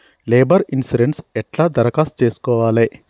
Labour insurance ఎట్ల దరఖాస్తు చేసుకోవాలే?